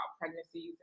pregnancies